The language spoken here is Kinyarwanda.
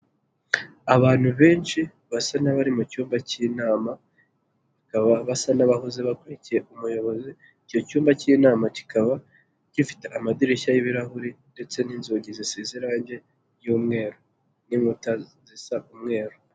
Abantu benshi basa n'abari mu cyumba cy'inama, ni abantu basa n'abahoze bakurikiye umuyobozi, icyo cyumba k'inama kikaba gifite amadirishya y'ibirahuri ndetse n'inzugi zisize irangi ry'umweru n'inkuta zisa umweru.